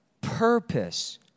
purpose